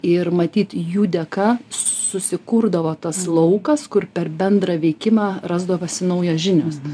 ir matyt jų dėka susikurdavo tas laukas kur per bendrą veikimą rasdavosi naujos žinios